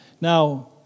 Now